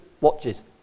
watches